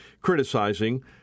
criticizing